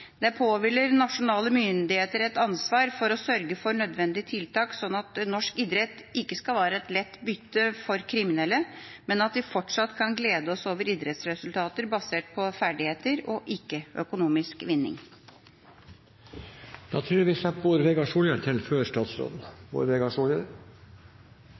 Det påhviler nasjonale myndigheter et ansvar for å sørge for nødvendige tiltak, slik at norsk idrett ikke skal være et lett bytte for kriminelle, men at vi fortsatt kan glede oss over idrettsresultater basert på ferdigheter og ikke økonomisk